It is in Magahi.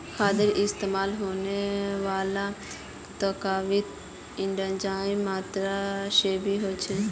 खादोत इस्तेमाल होने वाला तत्वोत नाइट्रोजनेर मात्रा बेसी होचे